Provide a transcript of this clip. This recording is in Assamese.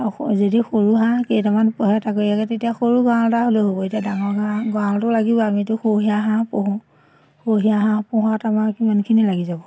আৰু যদি সৰু হাঁহ কেইটামান পোহে তাকৰীয়াকৈ তেতিয়া সৰু গঁৰাল এটা হ'লেও হ'ব এতিয়া ডাঙৰ গঁৰাল গঁৰালটো লাগিব আমিতো সৰহীয়া হাঁহ পুহোঁ সৰহীয়া হাঁহ পোহাত আমাৰ কিমানখিনি লাগি যাব